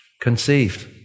Conceived